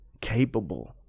capable